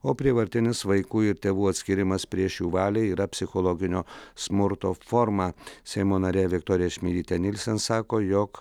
o prievartinis vaikų ir tėvų atskyrimas prieš jų valią yra psichologinio smurto forma seimo narė viktorija čimilytė nylsen sako jog